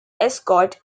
escort